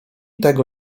tego